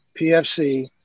PFC